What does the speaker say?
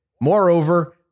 Moreover